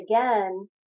again